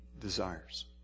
desires